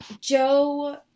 joe